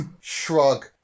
shrug